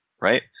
Right